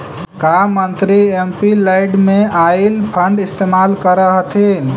का मंत्री एमपीलैड में आईल फंड इस्तेमाल करअ हथीन